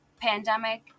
pandemic